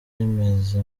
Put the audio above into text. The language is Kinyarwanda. rimeze